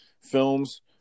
films